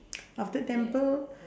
after temple